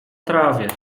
trawie